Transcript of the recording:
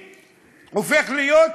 מבחן כוונה אין.